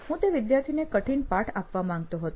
હું તે વિદ્યાર્થીને કઠિન પાઠ આપવા માંગતો હતો